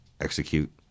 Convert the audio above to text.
Execute